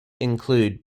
include